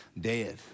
dead